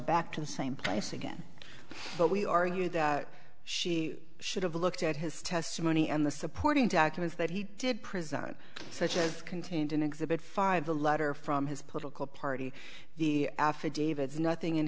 back to the same place again but we argue that she should have looked at his testimony and the supporting documents that he did preside such as contained in exhibit five the letter from his political party the affidavits nothing in